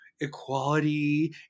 equality